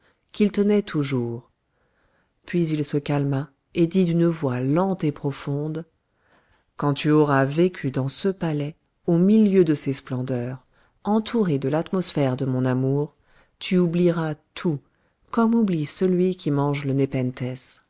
qu'il tenait toujours puis il se calma et dit d'une voix lente et profonde quand tu auras vécu dans ce palais au milieu de ces splendeurs entourée de l'atmosphère de mon amour tu oublieras tout comme oublie celui qui mange le